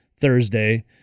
Thursday